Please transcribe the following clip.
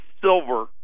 silver